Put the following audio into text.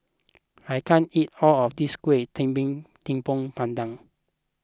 I can't eat all of this Kueh Talam Tepong Pandan